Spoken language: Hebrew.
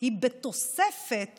היא בתוספת